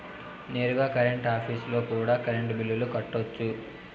నేరుగా కరెంట్ ఆఫీస్లో కూడా కరెంటు బిల్లులు కట్టొచ్చు